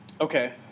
okay